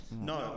No